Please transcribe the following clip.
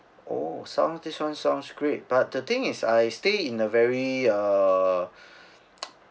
oh sound this one sounds great but the thing is I stay in a very uh